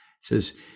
says